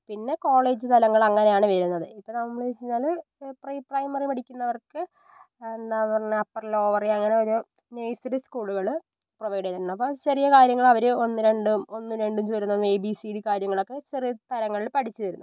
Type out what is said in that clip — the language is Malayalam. പിന്നെ കോളേജ് തലങ്ങൾ അങ്ങനെയാണ് വരുന്നത് ഇപ്പോൾ നമ്മള് വെച്ച് കഴിഞ്ഞാല് പ്രീ പ്രൈമറി പഠിക്കുന്നവർക്ക് എന്താ പറഞ്ഞാൽ അപ്പർ ലോവറി അങ്ങനെ ഓരോ നഴ്സറി സ്കൂളുകള് പ്രൊവൈഡ് ചെയ്യുന്നുണ്ട് അപ്പോൾ ചെറിയ കാര്യങ്ങള് അവര് ഒന്ന് രണ്ടും ഒന്ന് രണ്ടും ചേരുന്നതും എ ബി സി കാര്യങ്ങളൊക്കെ ചെറിയ തലങ്ങളിൽ പഠിച്ചു വരുന്നു